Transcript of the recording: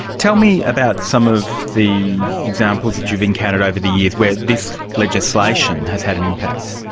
tell me about some of the examples that you've encountered over the years where this legislation has had an impact.